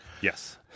Yes